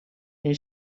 این